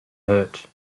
hurt